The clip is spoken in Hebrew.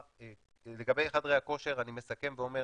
לגבי חדרי הכושר אני מסכם ואומר